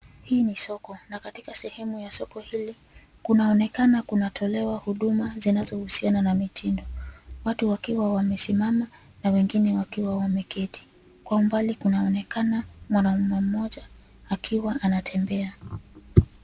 Hii ni soko, na katika sehemu ya soko hili kunaonekana kunatolewa huduma zinazohusiana na mitindo. Watu wakiwa wamesimama na wengine wakiwa wameketi. Kwa umbali kunaonekana mwanume mmoja akiwa anatembea.